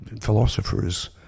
philosophers